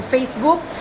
Facebook